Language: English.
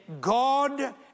God